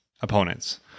opponents